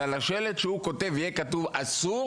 אז על השלט שהוא כותב יהיה כתוב אסור